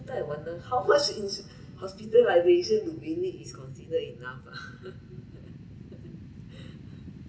sometime I wonder how much is hospitalisation do we need is consider enough ah